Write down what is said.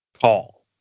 call